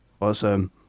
awesome